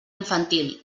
infantil